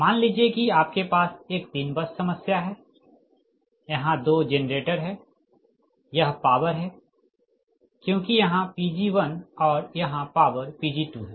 मान लीजिए कि आपके पास एक 3 बस समस्या हैं यहाँ 2 जेनरेटर है यह पॉवर है क्योंकि यहाँ Pg1 और यहाँ पॉवर Pg2 हैं